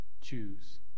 choose